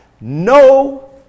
no